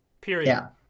Period